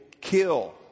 kill